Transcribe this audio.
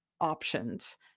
options